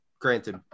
granted